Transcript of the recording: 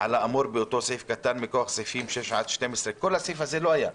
על האמור באותו סעיף קטן מכוח סעיפים 6 עד 12" כל הסעיף הזה לא היה.